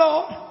Lord